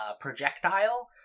projectile